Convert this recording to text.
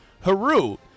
Haru